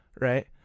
right